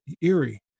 eerie